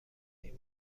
این